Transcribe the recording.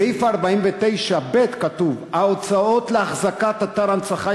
בסעיף 49ב כתוב: ההוצאות לאחזקת אתר הנצחה